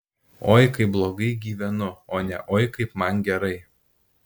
oi kaip blogai gyvenu o ne oi kaip man gerai